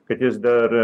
kad jis dar